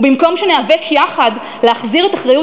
ובמקום שניאבק יחד להחזיר את אחריות